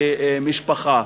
למשפחה.